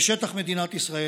בשטח מדינת ישראל,